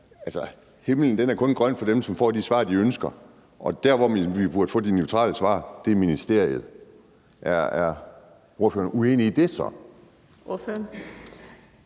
at himlen kun er grøn for dem, som får de svar, de ønsker, og der, hvor vi burde få de neutrale svar, er i ministeriet. Er ordføreren uenig i det så?